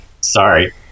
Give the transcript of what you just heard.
Sorry